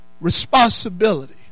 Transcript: responsibility